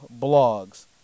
blogs